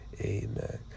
amen